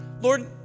Lord